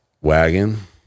Wagon